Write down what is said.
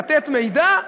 לתת מידע,